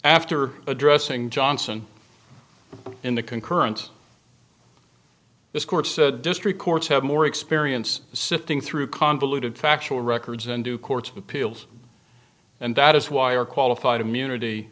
after addressing johnson in the concurrent this court said district courts have more experience sifting through convoluted factual records and do courts of appeals and that is why our qualified immunity